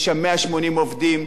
יש שם 180 עובדים.